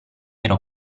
ero